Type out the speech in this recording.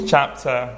Chapter